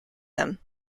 them